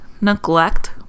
neglect